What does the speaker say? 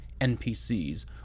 NPCs